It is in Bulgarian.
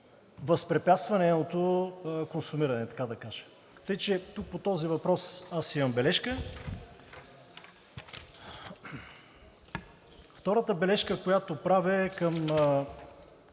възпрепятства нейното консумиране, така да кажа, така че тук по този въпрос аз имам бележки. Втората бележка, която правя, е към т.